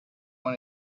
one